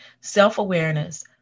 Self-awareness